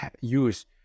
use